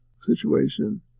situation